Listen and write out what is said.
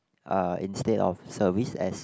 uh instead of service as